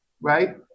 right